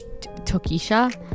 tokisha